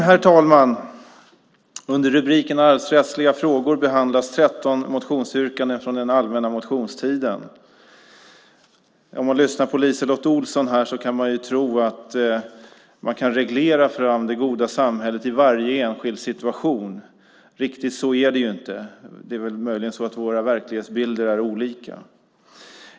Herr talman! Under rubriken Arvsrättsliga frågor behandlas 13 motionsyrkanden från den allmänna motionstiden. När man lyssnar på LiseLotte Olsson kan man tro att man kan reglera fram det goda samhället i varje enskild situation. Riktigt så är det ju inte. Det är möjligen så att våra verklighetsbilder är olika.